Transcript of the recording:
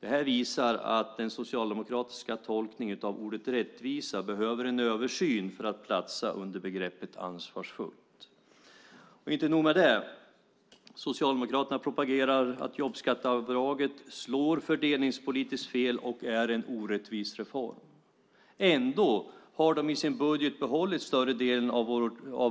Det visar att den socialdemokratiska tolkningen av ordet rättvisa behöver en översyn för att platsa under begreppet ansvarsfullt. Socialdemokraterna propagerar dessutom för att jobbskatteavdraget slår fördelningspolitiskt fel och att det är en orättvis reform. Ändå har de i sin budget behållit större delen av